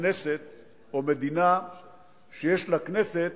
כנסת או מדינה שיש לה כנסת